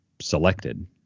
selected